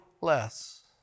less